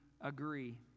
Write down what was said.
agree